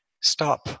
stop